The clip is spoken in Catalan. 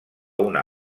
una